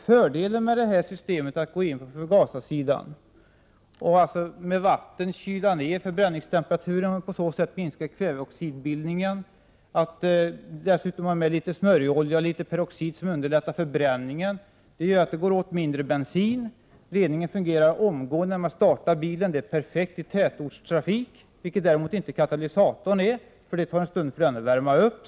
Fördelen med att gå in på förgasarsidan och med vatten kyla ned förbränningstemperaturen och på så sätt minska kväveoxidbildningen och dessutom ha med litet smörjolja och litet peroxid som underlättar förbränningen är att det går åt mindre bensin. Reningen fungerar dessutom omgående när man startar bilen — det är perfekt i tätortstrafik — vilket däremot inte katalysatorn gör; som ni vet tar det en stund för den att värmas upp.